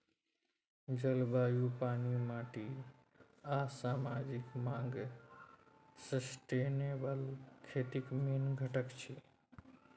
जलबायु, पानि, माटि आ समाजिक माँग सस्टेनेबल खेतीक मेन घटक छै